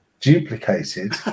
duplicated